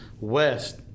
West